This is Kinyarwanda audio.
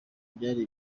byari